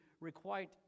requite